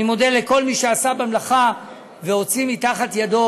אני מודה לכל מי שעשה במלאכה והוציא מתחת ידו